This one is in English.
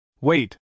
Wait